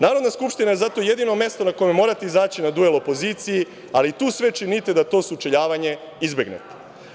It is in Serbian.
Narodna skupština je zato jedino mesto na kojem morate izaći na duel opoziciji, ali tu sve činite da to sučeljavanje izbegnete.